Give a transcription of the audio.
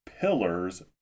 pillars